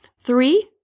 Three